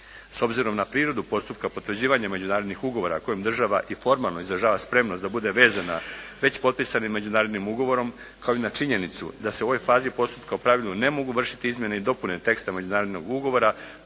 S obzirom na prirodu postupka potvrđivanja međunarodnih ugovora kojim država i formalno izražava spremnost da bude vezana već potpisanim međunarodnim ugovorom kao i na činjenicu da su ovoj fazi postupka u pravilu ne mogu vršiti izmjene i dopune teksta međunarodnog ugovora